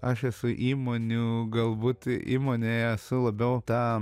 aš esu įmonių galbūt įmonėje esu labiau ta